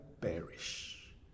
perish